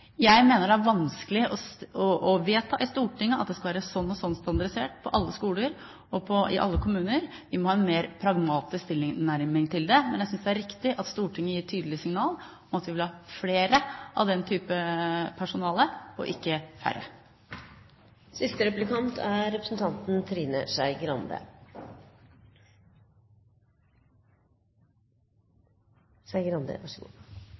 Jeg mener det er vanskelig å vedta i Stortinget at det skal være sånn og sånn standardisert på alle skoler og i alle kommuner. Vi må ha en mer pragmatisk tilnærming til det. Men jeg synes det er riktig at Stortinget gir et tydelig signal om at vi vil ha flere av den typen personale og ikke færre. Siste replikant er Trine Skei Grande. Det sto «avvist» på skjermen, men jeg tåler å bli avvist, jeg gir ikke opp så